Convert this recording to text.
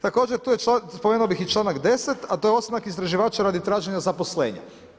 Također spomenuo bi i članak 10., a to je ostanak istraživača radi traženja zaposlenja.